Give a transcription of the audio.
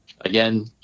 Again